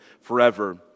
forever